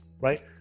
right